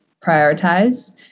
prioritized